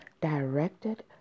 Directed